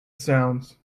sounds